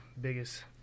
biggest